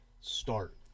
start